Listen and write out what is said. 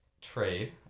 trade